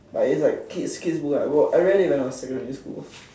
but it's like kids kids book lah I read it when I was in secondary school